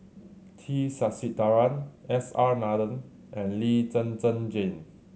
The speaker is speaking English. T Sasitharan S R Nathan and Lee Zhen Zhen Jane